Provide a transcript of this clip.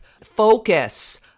focus